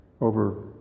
over